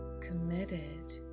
committed